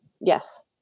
Yes